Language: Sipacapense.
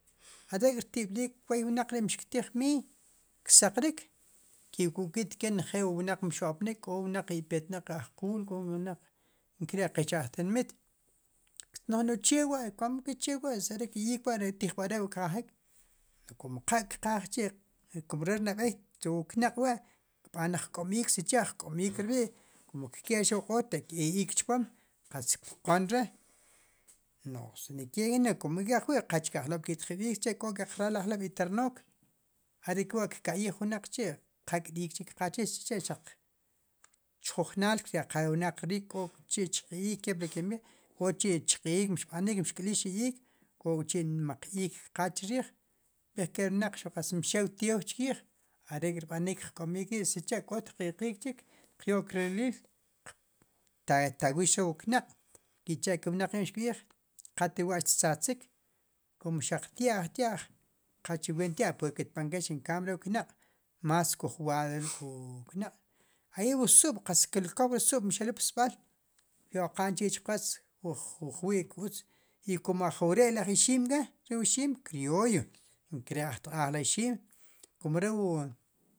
Arek'rtib'liil kwoy wnaq ri' mxktiij miiy ksaq rik, ke'ku'kit ke njeel wu wnaq mxo'pnik, k'o wnaq ipetnaq ajquul k'o wnaq nkeré qech ajtinmiit. ktz'noj chema komke chewa' si are'iik wa'ri tijb'alre kqajiik, kum qal kqaajk'chi' kum re ri nab'ey ri knaq'wa' kb'aan re jk'om iik, sicha' jk'om iik rb'i' kum kke'x re wu q'oor tek'keek iik chpom kpqon re' no'j sinikere ya ajwi' qach ke ajk'lob' ke'tjiw iik, k'oke keq raal ajk'lob' itarnook, qak're iik chi'kqaajik, chjujunaal kirya'qaaj ri wnaq riik, i k'ok'chi' chqi'j iik kepli kimb'iij. k'ochi' chqi'jiik kepli kimb'iij, mxb'anik mxk'lix ri iik, k'ok'chi'nmaq iik kqaaj chriij, kpeken ri wnaq a xel teew chriij, are'k' rb'anik jk'om iik ri' i sicha' k'oot qe qiik chik, qyo'k riliil. ta tawiix re'wu knaq' ki'cha'ke wnaq chi' mxkb'iij, qatlewa' xttzatziik, kum xaq tya'j, tya'j qach ween tya'j enkambie re wu knaq' más kuj ware' ruk'knaq' ari zuub' qatz koow re zuub' xeluul psub'aal kyo'qa'n chi' chqwooch kuj wi'k utz i kum ajwre'laj ixiim k'a re wu ixiim krilloy nkere' ajtq'aaj re ixiim kum re wu.